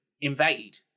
invade